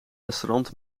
restaurants